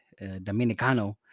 dominicano